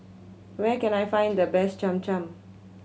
where can I find the best Cham Cham